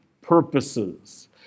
purposes